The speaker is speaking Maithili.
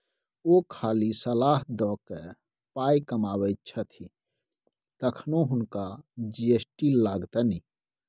ओ खाली सलाह द कए पाय कमाबैत छथि तखनो हुनका जी.एस.टी लागतनि